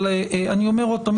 אבל אני אומר עוד פעם,